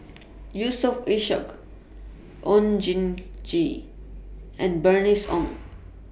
Yusof Ishak Oon Jin Gee and Bernice Ong